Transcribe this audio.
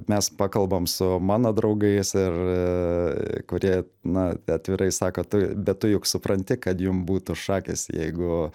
mes pakalbam su mano draugais ir kurie na atvirai sako tu bet tu juk supranti kad jum būtų šakės jeigu